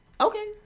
Okay